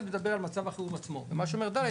(ד) מדבר על מצב החירום עצמו ומה שנאמר ב-(ד),